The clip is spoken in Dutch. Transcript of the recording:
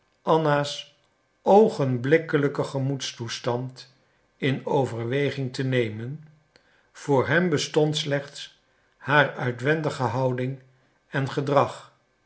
anna's oogenblikkelijken gemoedstoestand in overweging te nemen voor hem bestond slechts haar uitwendige houding en gedrag